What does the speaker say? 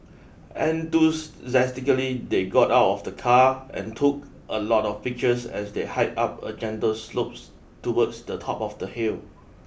enthusiastically they got out of the car and took a lot of pictures as they hiked up a gentle slopes towards the top of the hill